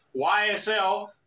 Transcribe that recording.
YSL